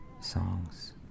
songs